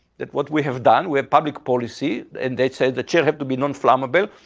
that what we have done, we have public policy and that say the chair have to be non-flammable.